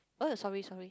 oh sorry sorry